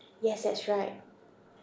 yes that's right